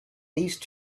these